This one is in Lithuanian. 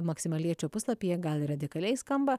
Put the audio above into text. maksimaliečio puslapyje gal ir radikaliai skamba